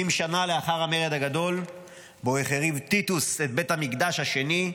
70 שנה לאחר המרד הגדול בו החריב טיטוס בית המקדש השני,